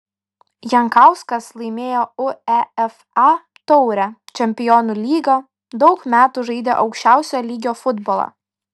jankauskas laimėjo uefa taurę čempionų lygą daug metų žaidė aukščiausio lygio futbolą